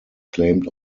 claimed